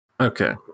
Okay